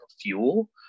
fuel